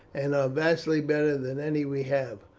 and are vastly better than any we have.